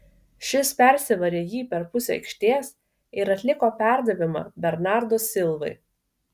šis persivarė jį per pusę aikštės ir atliko perdavimą bernardo silvai